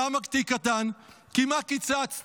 למה תיק קטן, כי מה קיצצתם?